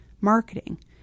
marketing